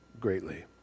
greatly